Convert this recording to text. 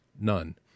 None